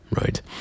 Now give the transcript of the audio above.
right